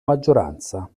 maggioranza